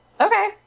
okay